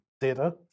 data